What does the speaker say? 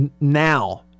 now